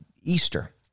Easter